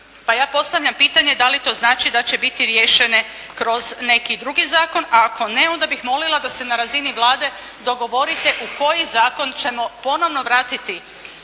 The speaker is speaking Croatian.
pa ja postavljam pitanje da li to znači da će biti riješene kroz neki drugi zakon, a ako ne onda bih molila da se na razini Vlade dogovorite u koji zakon ćemo ponovno vratiti